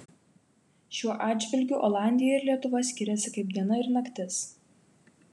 šiuo atžvilgiu olandija ir lietuva skiriasi kaip diena ir naktis